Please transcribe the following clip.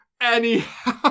Anyhow